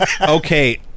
Okay